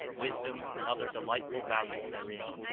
wis dom and other delightful values therein.